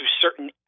certain